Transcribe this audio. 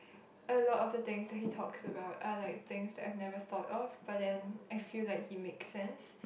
a lot of the things that he talks about are like things that I've never thought of but then I feel like he makes sense